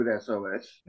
SOS